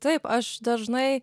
taip aš dažnai